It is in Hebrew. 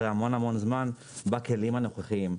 תקשורת אחרי המון זמן בכלים הנוכחיים.